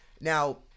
Now